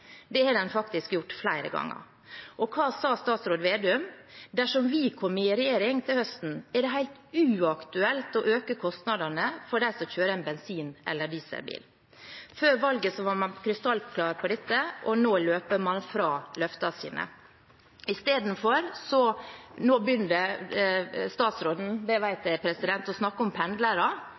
Det har den faktisk gjort flere ganger. Og hva sa statsråd Vedum? – Dersom vi kommer i regjering til høsten, er det helt uaktuelt å øke kostnadene for dem som kjører en bensin- eller dieselbil. Før valget var man krystallklar på dette, og nå løper man fra løftene sine. I stedet begynner statsråden nå – det vet jeg – å snakke om